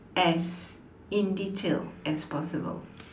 as in detail as possible